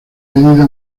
medida